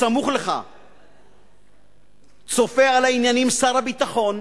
סמוך לך צופה על העניינים שר הביטחון,